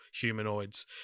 humanoids